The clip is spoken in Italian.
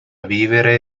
vivere